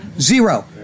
zero